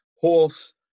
horse